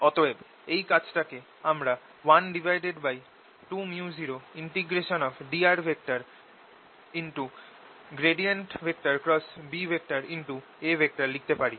অতএব এই কাজ টাকে আমরা 12µodr A লিখতে পারি